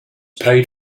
paid